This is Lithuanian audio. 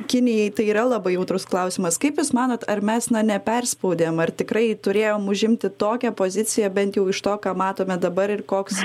kinijai tai yra labai jautrus klausimas kaip jūs manot ar mes na neperspaudėm ar tikrai turėjom užimti tokią poziciją bent jau iš to ką matome dabar ir koks